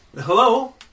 Hello